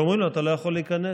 ואומרים לו, אתה לא יכול להיכנס,